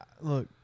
Look